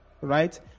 right